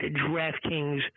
DraftKings